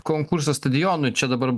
konkursas stadionui čia dabar